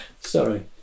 Sorry